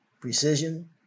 precision